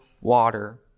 water